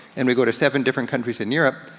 and we go to seven different countries in europe,